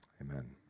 amen